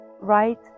right